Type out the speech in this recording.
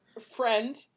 friend